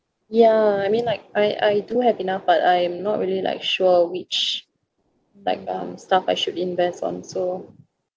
ya I mean like I I do have enough but I am not really like sure which like um stuff I should invest on so